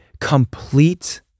complete